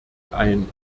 ein